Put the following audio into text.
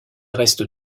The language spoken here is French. reste